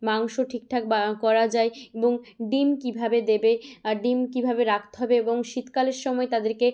মাংস ঠিকঠাক বা করা যায় এবং ডিম কীভাবে দেবে আর ডিম কীভাবে রাখতে হবে এবং শীতকালের সময় তাদেরকে